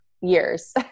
years